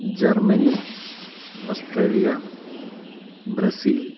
Germany Australia Brazil